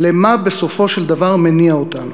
למה שבסופו של דבר מניע אותנו.